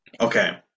Okay